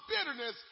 bitterness